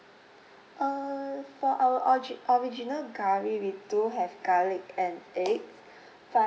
uh for our orgi~ original curry we do have garlic and egg but